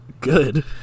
good